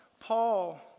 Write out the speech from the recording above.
Paul